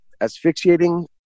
asphyxiating